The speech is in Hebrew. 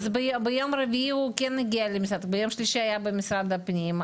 אז ביום שלישי הוא כן הגיע למשרד הפנים,